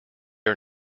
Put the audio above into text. are